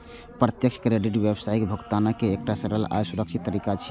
प्रत्यक्ष क्रेडिट व्यावसायिक भुगतान के एकटा सरल आ सुरक्षित तरीका छियै